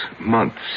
months